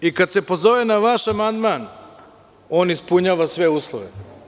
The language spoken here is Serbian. Kada se pozove na vaš amandman, on ispunjava sve uslove.